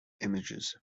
images